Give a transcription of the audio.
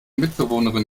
mitbewohnerin